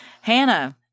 hannah